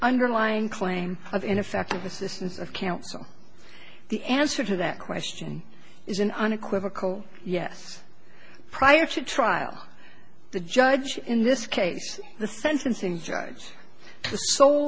underlying claim of ineffective assistance of counsel the answer to that question is an unequivocal yes prior to trial the judge in this case the sentencing judge